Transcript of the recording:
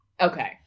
Okay